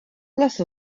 lasst